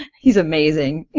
he's amazing,